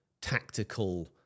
tactical